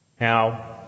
Now